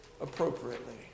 appropriately